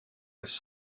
its